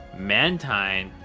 Mantine